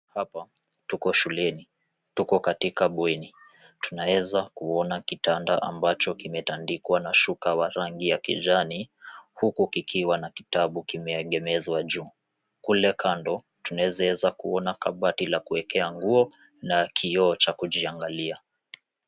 Hapa tuko shuleni, tuko katika bweni. Tunaeza kuona kitanda ambacho kimetandikwa na shuka wa rangi ya kijani. Kule kando tunaeza ona kabati la kuwekea nguo na kioo cha kujiangalia.